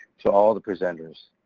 so all the presenters,